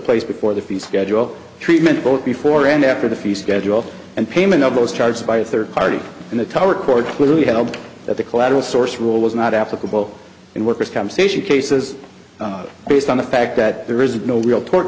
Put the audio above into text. place before the fee schedule treatment both before and after the few scheduled and payment of those charges by a third party in the tower court clearly held that the collateral source rule was not applicable in workers compensation cases based on the fact that there is no real tort